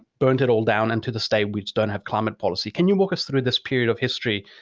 burned it all down and to this day we don't have climate policy. can you walk us through this period of history,